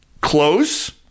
Close